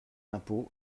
l’impôt